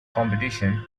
competition